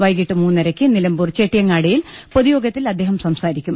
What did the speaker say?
വൈകിട്ട് മൂന്നരയ്ക്ക് നിലമ്പൂർ ചെട്ടി യങ്ങാടിയിൽ പൊതുയോഗത്തിൽ അദ്ദേഹം സംസാരിക്കും